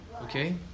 Okay